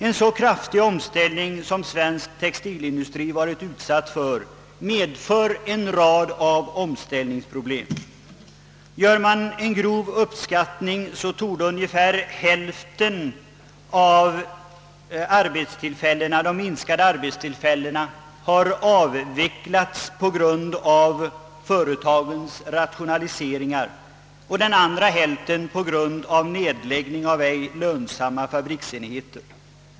En så kraftig omställning som den svenska textilindustrien varit utsatt för åstadkommer en rad av följdproblem. Gör man en grov uppskattning, torde ungefär hälften av de förlorade arbetstillfällena ha avvecklats på grund av företagens rationaliseringar och den andra hälften på grund av nedläggning av ej lönsamma fabriksenheter.